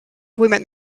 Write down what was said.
women